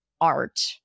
art